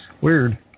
Weird